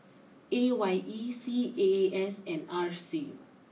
A Y E C A A S and R C